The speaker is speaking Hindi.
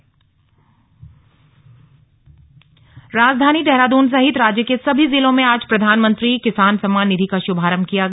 किसान सम्मेलन देहरादून राजधानी देहरादून सहित राज्य के सभी जिलों में आज प्रधानमंत्री किसान सम्मान निधि का शुभारंभ किया गया